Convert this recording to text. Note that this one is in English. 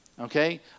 Okay